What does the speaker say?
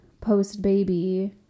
post-baby